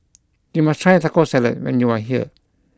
you must try Taco Salad when you are here